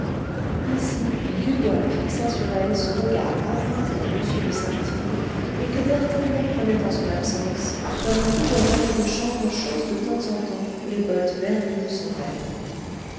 ici dubois fixa sur elle ce regard emprunté à m de sartines et que berthellemot prenait en son absence comme tout bon valet de chambre chausse de temps en temps les bottes vernies de son maître